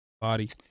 body